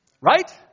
Right